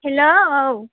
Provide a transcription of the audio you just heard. hello औ